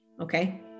Okay